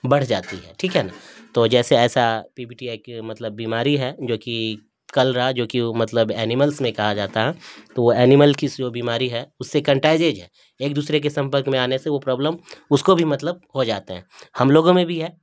بڑھ جاتی ہے ٹھیک ہے نا تو جیسے ایسا پی بی ٹی آئی کی مطلب بیماری ہے جوکہ کلرا جوکہ وہ مطلب اینیملس میں کہا جاتا ہے تو وہ اینمل کس جو بیماری ہے اس سے کنٹائجیج ہے ایک دوسرے کے سمپرک میں آنے سے وہ پرابلم اس کو بھی مطلب ہو جاتے ہیں ہم لوگوں میں بھی ہے